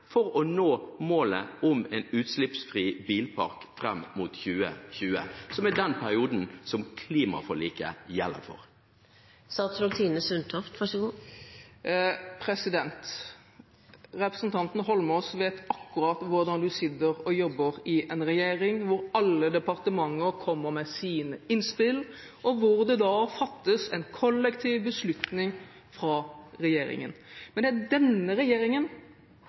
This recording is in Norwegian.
for å nå målet om en utslippsfri bilpark fram mot 2020, som er den perioden som klimaforliket gjelder for? Representanten Eidsvoll Holmås vet akkurat hvordan en sitter og jobber i en regjering, hvor alle departementer kommer med sine innspill, og hvor det da fattes en kollektiv beslutning av regjeringen. Men det er denne regjeringen